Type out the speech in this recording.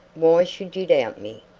why should you doubt me?